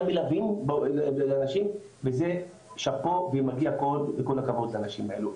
גם מלווים אנשים וזה שאפו ומגיע כל הכבוד לנשים האלו.